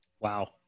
Wow